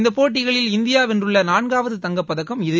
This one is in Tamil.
இந்த போட்டிகளில் இந்தியா வென்றுள்ள நான்காவது தங்கப்பதக்கம் இது